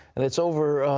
and its over,